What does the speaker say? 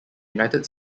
united